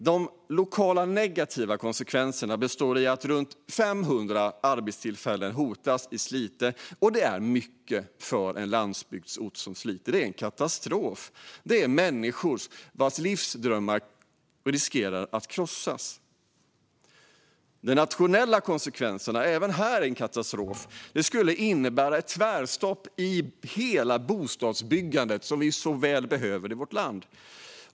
De lokala negativa konsekvenserna består i att runt 500 arbetstillfällen hotas i Slite. Det är mycket för en landsbygdsort som Slite. Det är en katastrof. Det handlar om människor vilkas livsdrömmar riskeras att krossas. De nationella konsekvenserna är även de en katastrof. Det skulle innebära ett tvärstopp i hela bostadsbyggandet som vi så väl behöver i vårt land.